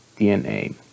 DNA